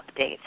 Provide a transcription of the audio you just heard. updates